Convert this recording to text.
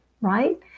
right